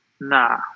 Nah